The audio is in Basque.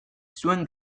zuen